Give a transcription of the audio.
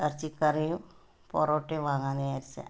ഇറച്ചിക്കറിയും പൊറോട്ടയും വാങ്ങാമെന്ന് വിചാരിച്ചത്